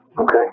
Okay